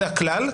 זה הכלל.